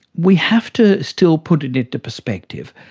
we have to still put it into perspective.